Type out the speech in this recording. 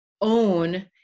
own